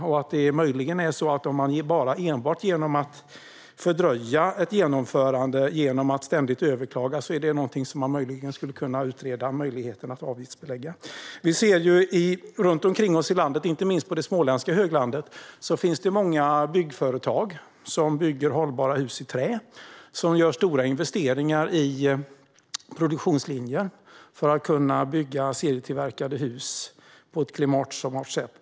Om folk ständigt överklagar bara för att fördröja ett genomförande skulle vi kanske utreda möjligheten att avgiftsbelägga överklaganden. Runt omkring oss i landet, inte minst på småländska höglandet, finns många byggföretag som bygger hållbara hus i trä. Dessa företag gör stora investeringar i produktionslinjen för att kunna bygga serietillverkade hus på ett klimatsmart sätt.